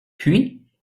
puis